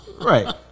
Right